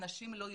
אנשים לא יודעים,